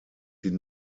sie